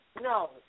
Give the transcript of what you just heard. no